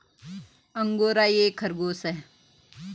angora एक खरगोश है